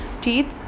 teeth